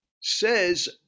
says